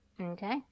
okay